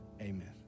amen